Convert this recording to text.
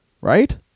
right